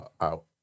out